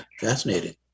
fascinating